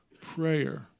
prayer